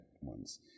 ones